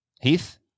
Heath